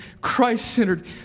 Christ-centered